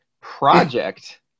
Project